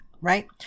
Right